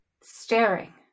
Staring